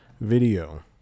video